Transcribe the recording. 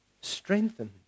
strengthened